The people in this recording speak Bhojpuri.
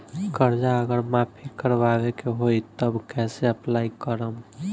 कर्जा अगर माफी करवावे के होई तब कैसे अप्लाई करम?